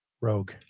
rogue